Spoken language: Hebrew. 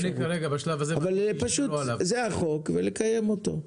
אבל פשוט זה החוק, ולקיים אותו.